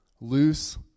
loose